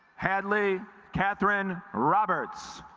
headley katherine roberts